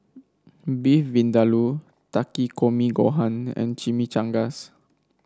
Beef Vindaloo Takikomi Gohan and Chimichangas